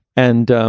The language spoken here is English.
and